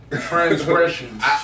Transgressions